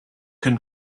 can